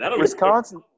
Wisconsin